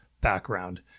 background